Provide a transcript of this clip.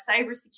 cybersecurity